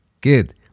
Good